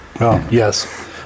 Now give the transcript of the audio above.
yes